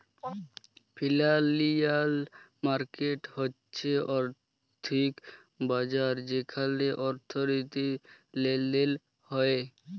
financial market হচ্যে আর্থিক বাজার যেখালে অর্থনীতির লেলদেল হ্য়েয়